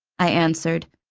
i answered,